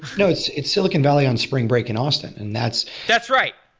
you know it's it's silicon valley on spring break in austin, and that's that's right!